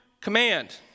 command